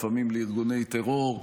לפעמים לארגוני טרור,